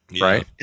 Right